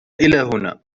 إلى